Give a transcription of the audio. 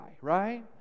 right